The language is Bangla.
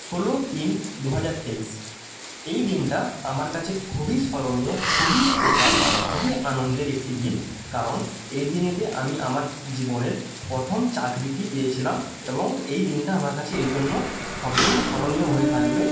ষোলো তিন দু হাজার তেইশ এই দিনটা আমার কাচে খুবই স্মরণীয় খুবই স্পেশাল খুবই আনন্দের একটি দিন কারণ এই দিনেতে আমি আমার জীবনের প্রথম চাকরিটি পেয়েছিলাম এবং এই দিনটা আমার কাছে এই জন্য সব দিন স্মরণীয় হয়ে থাকবে